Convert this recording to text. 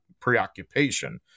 preoccupation